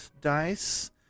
dice